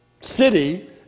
city